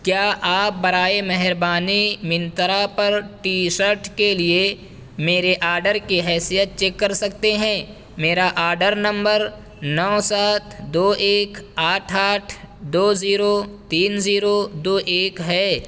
کیا آپ برائے مہربانی منترا پر ٹی شرٹ کے لیے میرے آڈر کی حیثیت چیک کر سکتے ہیں میرا آڈر نمبر نو سات دو ایک آٹھ آٹھ دو زیرو تین زیرو دو ایک ہے